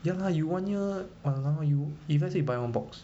ya lah you one year !alamak! you if let's say you buy one box